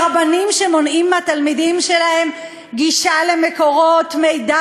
כי רבנים שמונעים מהתלמידים שלהם גישה למקורות מידע